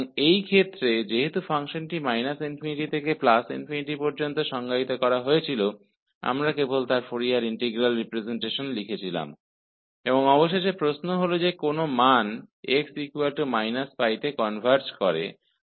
इसलिए इस मामले में चूंकि फ़ंक्शन को −∞ से ∞ तक परिभाषित किया गया था हम केवल इसका फोरियर इंटीग्रल रिप्रजेंटेशन लिख रहे थे और अंत में सवाल यह है कि x−π पर इंटीग्रल किस मान पर कनवर्ज होता है